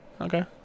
Okay